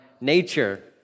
nature